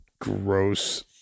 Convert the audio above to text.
gross